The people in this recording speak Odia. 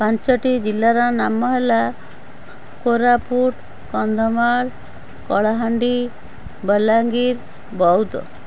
ପାଞ୍ଚଟି ଜିଲ୍ଲାର ନାମ ହେଲା କୋରାପୁଟ କନ୍ଧମାଳ କଳାହାଣ୍ଡି ବଲାଙ୍ଗୀର ବୌଦ୍ଧ